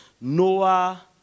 Noah